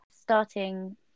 starting